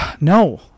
No